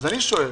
אני שואל